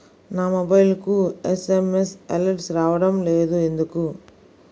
నా మొబైల్కు SMS alerts రావడం లేదు ఎందుకు?